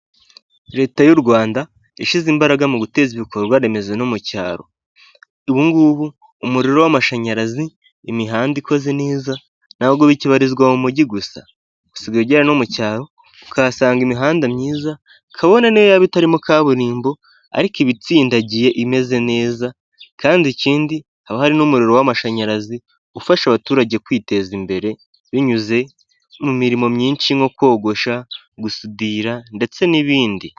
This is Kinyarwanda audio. Leta y'u Rwanda yashyize imbaraga mu guteza ibikorwa remezo no mu cyaro, ubungubu umuriro w'amashanyarazi, imihanda ikoze neza, ntabwo bikibarizwa mu mujyi gusa, usigaye ugera no mu cyaro ukahasanga imihanda myiza kabone niyo yaba itarimo kaburimbo ariko iba itsindagiye imeze neza, kandi ikindi haba hari n'umuriro w'amashanyarazi ufasha abaturage kwiteza imbere binyuze mu mirimo myinshi nko kogosha, gusudira, ndetse n'ibindi.